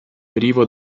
privo